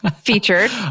featured